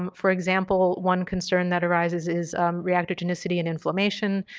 um for example, one concern that arises is reactive genicity and inflammation.